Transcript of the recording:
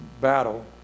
battle